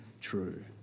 true